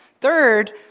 Third